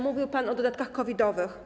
Mówił pan o dodatkach COVID-owych.